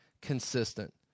consistent